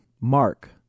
Mark